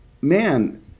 Man